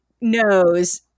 knows